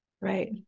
Right